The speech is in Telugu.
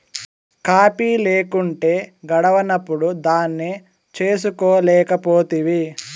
కాఫీ లేకుంటే గడవనప్పుడు దాన్నే చేసుకోలేకపోతివి